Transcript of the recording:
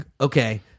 okay